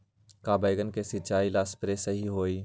का बैगन के सिचाई ला सप्रे सही होई?